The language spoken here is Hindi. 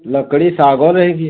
लकड़ी सागौन रहेगी